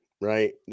Right